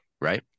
right